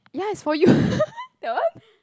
ya it's for you that one